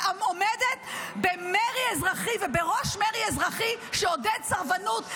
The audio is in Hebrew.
שעומדת במרי אזרחי ובראש מרי אזרחי שעודד סרבנות,